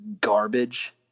garbage